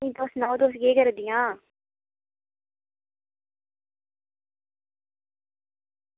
ठीक तुस सनाओ तुस केह् करा दियां